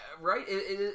Right